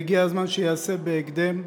והגיע הזמן שייעשה בהקדם.